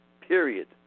period